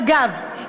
ואגב,